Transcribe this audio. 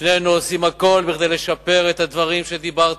ושנינו עושים הכול כדי לשפר את הדברים שדיברת עליהם.